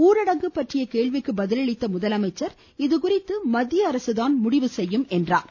ஊரடங்கு பற்றிய கேள்விக்கு பதில் அளித்த அவர் இதுகுறித்து மத்திய அரசு தான் முடிவு செய்யும் என்றார்